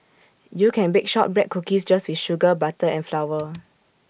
you can bake Shortbread Cookies just with sugar butter and flour